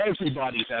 Everybody's